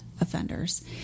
offenders